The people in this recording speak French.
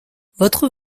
votre